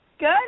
Good